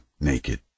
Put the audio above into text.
naked